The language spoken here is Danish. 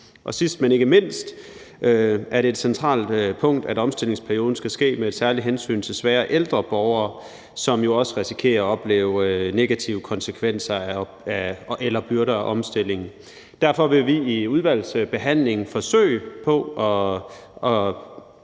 Sidst, men ikke mindst, er det et centralt punkt, at omstillingsperioden skal ske med særlige hensyn til svage og ældre borgere, som jo også risikerer at opleve negative konsekvenser eller byrder på grund af omstillingen. Derfor vil vi i udvalgsbehandlingen forsøge at